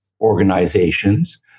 organizations